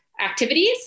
activities